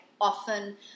often